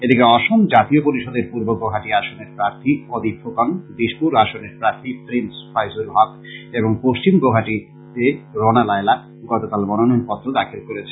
এদিকে অসম জাতীয় পরিষদের পূর্ব গৌহাটি আসনের প্রাথী অদীপ ফুকন দিশপুর আসনের প্রার্থী প্রিন্স ফাইজুল হক এবং পশ্চিম গৌহাটি রুণা লায়লা গতকাল মনোনয়নপত্র দাখিল করেছেন